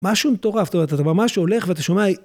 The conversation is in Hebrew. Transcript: משהו מטורף, אתה ממש הולך ואתה שומע...